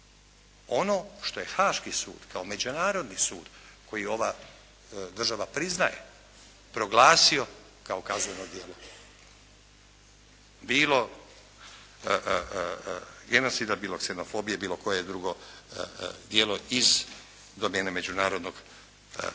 ono što je Haaški sud kao Međunarodni sud koji ova država priznaje, proglasio kao kazneno djelo bilo genocidom, bilo ksenofobije, bilo koje drugo djelo iz domene međunarodnog prava.